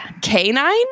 Canine